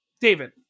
David